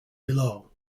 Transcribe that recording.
below